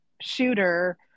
shooter